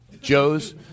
Joe's